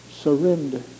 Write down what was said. Surrender